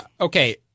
Okay